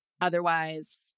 otherwise